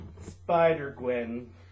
Spider-Gwen